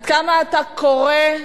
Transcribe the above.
עד כמה אתה קורא לממשלה,